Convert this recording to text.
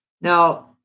Now